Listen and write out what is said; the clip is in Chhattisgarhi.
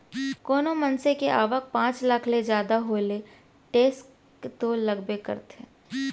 कोनो मनसे के आवक पॉच लाख ले जादा हो ले टेक्स तो लगबे करथे